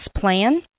plan